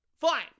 Fine